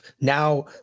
Now